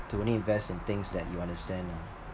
to only invest in things that you understand ah